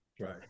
Right